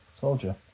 Soldier